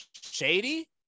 Shady